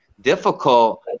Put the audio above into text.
difficult